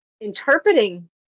interpreting